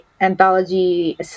anthology